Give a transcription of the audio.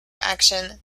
action